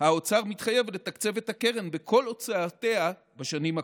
האוצר מתחייב לתקצב את הקרן בכל הוצאותיה בשנים הקרובות.